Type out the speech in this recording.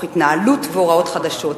תוך התנהלות והוראות חדשות.